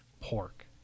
pork